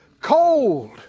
Cold